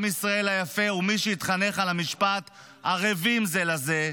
עם ישראל היפה ומי שהתחנך על המשפט "ערבים זה לזה",